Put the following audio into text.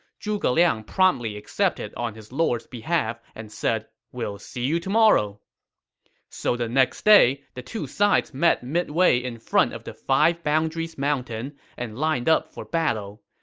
zhuge liang promptly accepted on his lord's behalf and said, we'll see you tomorrow so the next day, the two sides met midway in front of the five boundaries mountain and lined up for battle.